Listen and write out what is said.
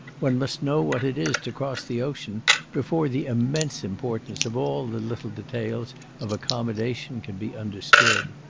one must know what it is to cross the ocean before the immense importance of all the little details of accommodation can be understood.